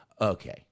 okay